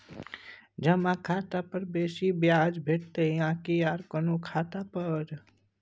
जमा खाता पर बेसी ब्याज भेटितै आकि आर कोनो खाता पर?